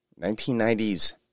1990's